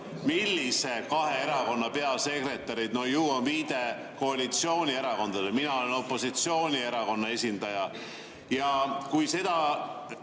millise kahe erakonna peasekretärid. No ju on viide koalitsioonierakondadele. Mina olen opositsioonierakonna esindaja. Kui seda